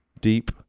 deep